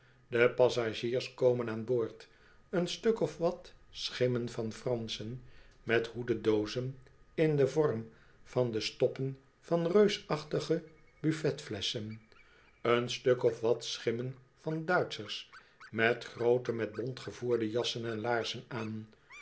de passagiers komen aan boord een stuk of wat schimmen van franschen methoededoozen in den vorm van dé stoppen van reusachtige buffetflesschen een stuk of wat schimmen van duitschers met groote met bont gevoerde jassen en laarzen aan